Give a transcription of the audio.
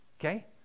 okay